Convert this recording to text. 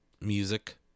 music